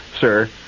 sir